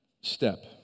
step